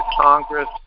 Congress